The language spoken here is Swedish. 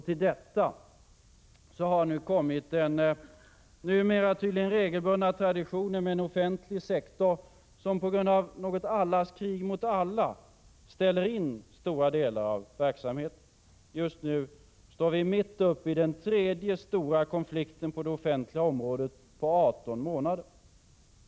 Till detta har kommit den numera tydligen regelbundna traditionen med en offentlig sektor som på grund av något allas krig mot alla ställer in stora delar av verksamheten. Just nu står vi mitt uppe i den tredje stora konflikten på det offentliga området på 18 månader.